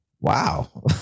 Wow